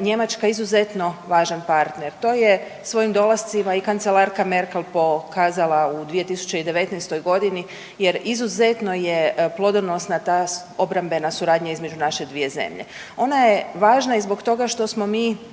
Njemačka izuzetno važan partner. To je svojim dolascima i kancelarka Merkel pokazala u 2019. g. jer izuzetno je plodonosna ta obrambena suradnja između naše dvije zemlje. Ona je važna i zbog toga što smo mi